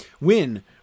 win